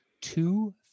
two